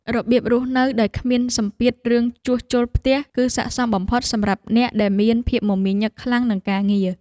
របៀបរស់នៅដែលគ្មានសម្ពាធរឿងជួសជុលផ្ទះ គឺស័ក្តិសមបំផុតសម្រាប់អ្នកដែលមានភាពមមាញឹកខ្លាំងនឹងការងារ។